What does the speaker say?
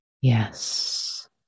yes